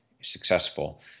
successful